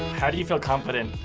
how do you feel confident.